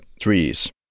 trees